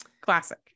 Classic